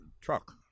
truck